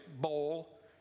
bowl